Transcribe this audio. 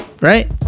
right